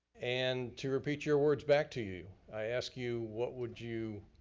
and, to repeat your words back to you, i ask you, what would you,